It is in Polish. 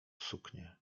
suknię